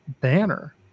banner